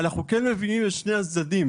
אנחנו כן מביאים את שני הצדדים.